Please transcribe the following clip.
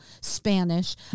Spanish